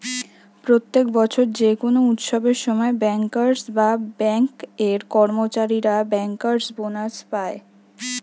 প্রত্যেক বছর যে কোনো উৎসবের সময় বেঙ্কার্স বা বেঙ্ক এর কর্মচারীরা বেঙ্কার্স বোনাস পায়